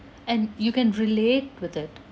and you can relate with it